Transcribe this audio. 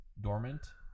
dormant